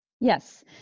yes